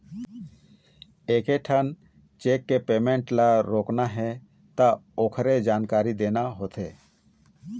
एकेठन चेक के पेमेंट ल रोकना हे त ओखरे जानकारी देना होथे